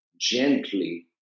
gently